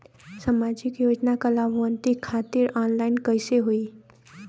सामाजिक योजना क लाभान्वित खातिर ऑनलाइन कईसे होई?